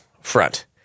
front